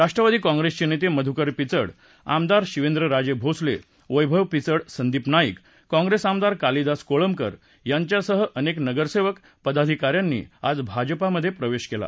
राष्ट्रवादी काँग्रेसचे नेते मधुकर पिचड आमदार शिवेंद्रराजे भोसले वैभव पिचड सद्धिप नाईक काँग्रेस आमदार कालिदास कोळक्कर याच्वीसह अनेक नगरसेवक पदाधिकाऱ्यासी आज भाजपामधे प्रवेश केला